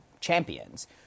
champions